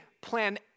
plan